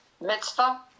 Mitzvah